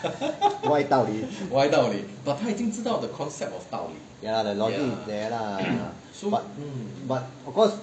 歪道理 ya lah the logic is there lah but but of course